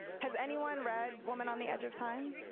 has anyone read woman on the edge of time?